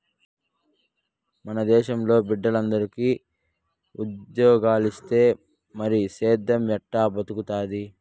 మన దేశంలో బిడ్డలందరూ ఉజ్జోగాలిస్తే మరి సేద్దెం ఎట్టా బతుకుతాది